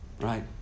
Right